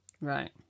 Right